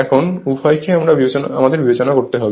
এখানে উভয়কেই আমাদের বিবেচনা করতে হবে